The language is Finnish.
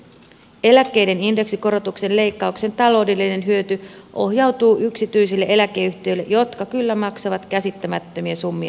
eläkkeiden indeksikoro tuksen leikkauksen taloudellinen hyöty ohjautuu yksityisille eläkeyhtiöille jotka kyllä maksavat käsittämättömiä summia johtajilleen